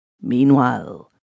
Meanwhile